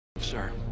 Sir